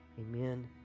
Amen